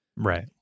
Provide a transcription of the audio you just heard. Right